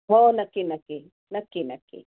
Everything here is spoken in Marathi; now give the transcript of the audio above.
हो नक्की नक्की नक्की नक्की